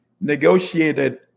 negotiated